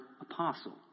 apostle